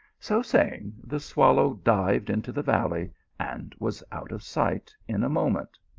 so saying, the swallow dived into the valley and was out of sight in a moment.